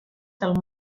del